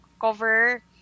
cover